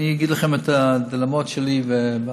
אני אגיד לכם מה הדילמות שלי במשרד.